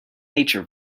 nature